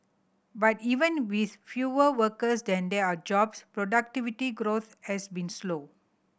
but even with fewer workers than there are jobs productivity growth has been slow